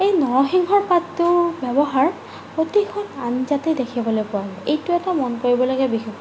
এই নৰসিংহৰ পাতটোৰ ব্যৱহাৰ প্ৰতিখন আঞ্জাতে দেখিবলৈ পোৱা যায় এইটো এটা মন কৰিবলগীয়া বিশেষত্ব